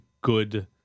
good